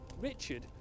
Richard